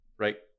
Right